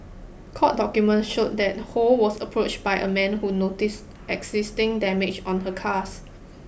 court document showed that Ho was approached by a man who noticed existing damages on her cars